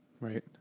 right